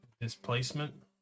displacement